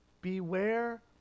beware